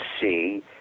see